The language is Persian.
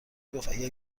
گفتاگر